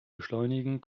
beschleunigen